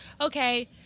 okay